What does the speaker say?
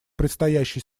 предстоящей